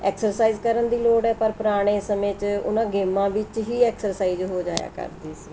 exercise ਕਰਨ ਦੀ ਲੋੜ ਹੈ ਪਰ ਪੁਰਾਣੇ ਸਮੇਂ 'ਚ ਉਹਨਾਂ ਗੇਮਾਂ ਵਿੱਚ ਹੀ ਐਕਸਰਸਾਈਜ਼ ਹੋ ਜਾਇਆ ਕਰਦੀ ਸੀ